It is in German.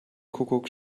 kuckuck